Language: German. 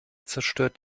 zerstört